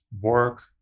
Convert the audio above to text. work